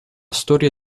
storia